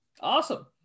Awesome